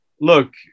look